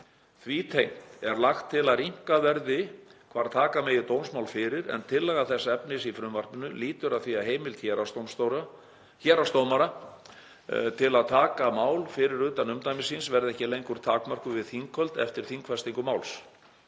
Því tengt er lagt til að rýmkað verði hvar taka megi dómsmál fyrir en tillaga þess efnis í frumvarpinu lýtur að því að heimild héraðsdómara til að taka mál fyrir utan umdæmis síns verði ekki lengur takmörkuð við þinghöld eftir þingfestingu máls,